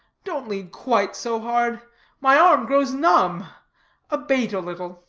don't lean quite so hard my arm grows numb abate a little,